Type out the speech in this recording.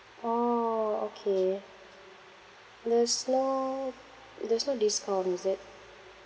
orh okay there's no there's no discount is it